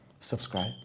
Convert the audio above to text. subscribe